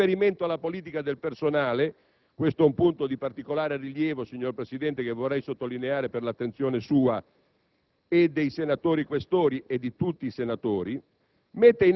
Con riferimento alla politica del personale (questo è un punto di particolare rilievo, signor Presidente, che vorrei sottolineare per l'attenzione sua, dei senatori Questori e di tutti i senatori),